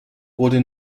wurde